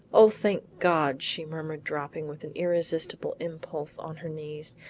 o thank god, she murmured dropping with an irresistible impulse on her knees.